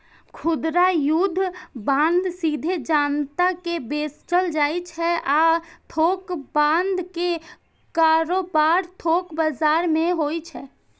खुदरा युद्ध बांड सीधे जनता कें बेचल जाइ छै आ थोक बांड के कारोबार थोक बाजार मे होइ छै